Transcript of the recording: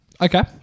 Okay